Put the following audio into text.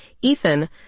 Ethan